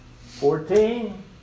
Fourteen